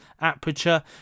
aperture